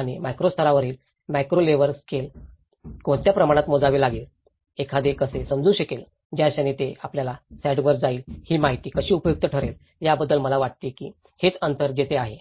आणि माक्रो स्तरावरील macro level scale कोणत्या प्रमाणात मोजावे लागेल एखादे कसे समजू शकेल ज्या क्षणी ते आपल्या साइटवर जाईल ही माहिती कशी उपयुक्त ठरेल याबद्दल मला वाटते की हेच अंतर तेथे आहे